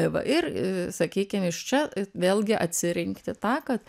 tai va ir sakykim iš čia vėlgi atsirinkti tą kad